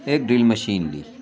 ایک drill machine لی